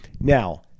Now